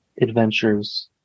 adventures